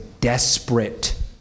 desperate